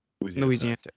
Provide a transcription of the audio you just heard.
Louisiana